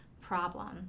problem